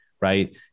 right